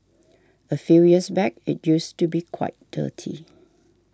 a few years back it used to be quite dirty